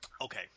Okay